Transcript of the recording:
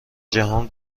جهان